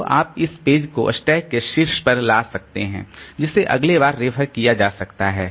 तो आप इस पेज को स्टैक के शीर्ष पर ला सकते हैं जिसे अगले बार रेफर किया जा सकता है